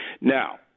now